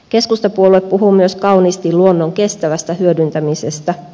keskustapuolue puhuu myös kauniisti luonnon kestävästä hyödyntämisestä